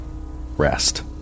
rest